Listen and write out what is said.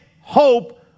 hope